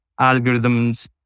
algorithms